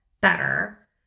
better